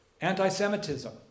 Anti-Semitism